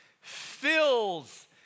fills